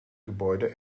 gebäude